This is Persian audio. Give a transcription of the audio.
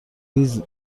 ریز